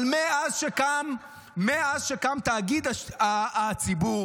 אבל מאז שקם תאגיד השידור,